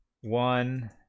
One